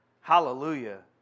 Hallelujah